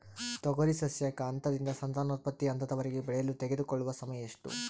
ತೊಗರಿ ಸಸ್ಯಕ ಹಂತದಿಂದ ಸಂತಾನೋತ್ಪತ್ತಿ ಹಂತದವರೆಗೆ ಬೆಳೆಯಲು ತೆಗೆದುಕೊಳ್ಳುವ ಸಮಯ ಎಷ್ಟು?